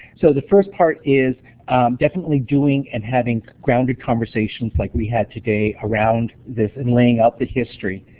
so the first part is definitely doing and having grounded conversations like we had today around this, and laying up the history,